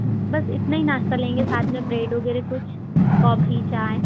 अच्छा बस इतना ही नाश्ता लेंगे साथ में ब्रेड वगैरह कुछ कॉफी चाय